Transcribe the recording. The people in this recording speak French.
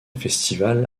festival